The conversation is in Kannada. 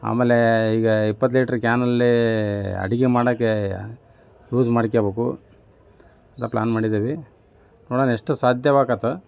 ಆಮೇಲೆ ಈಗ ಇಪ್ಪತ್ತು ಲೀಟರ್ ಕ್ಯಾನಲ್ಲಿ ಅಡುಗೆ ಮಾಡೋಕ್ಕೆ ಯೂಸ್ ಮಾಡ್ಕ್ಯಬೇಕು ಎಲ್ಲ ಪ್ಲಾನ್ ಮಾಡಿದ್ದೀವಿ ನೋಡೋಣ ಎಷ್ಟು ಸಾಧ್ಯವಾಗತ್ತೆ